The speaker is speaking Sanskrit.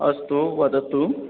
अस्तु वदतु